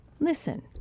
listen